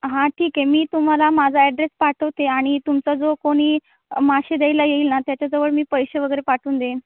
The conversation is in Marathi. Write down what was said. हां ठीक आहे मी तुम्हाला माझा ॲड्रेस पाठवते आणि तुमचा जो कोणी मासे द्यायला येईल ना त्याच्याजवळ मी पैसे वगैरे पाठवून देईन